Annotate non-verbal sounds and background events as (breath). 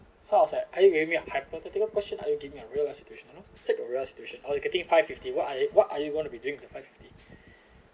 so I was like are you giving me a hypothetical question are you give me a real life situation you know take a real situation or you getting five fifty what are you what are you gonna be doing with the five fifty (breath)